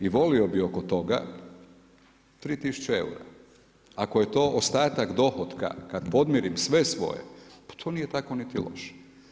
I volio bi oko toga tri tisuće eura, ako je to ostatak dohotka kada podmirim sve svoje pa to nije tako niti loše.